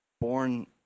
born